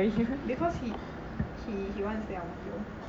because because he he want to stay ang mo kio